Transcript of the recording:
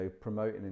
promoting